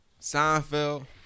Seinfeld